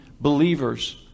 Believers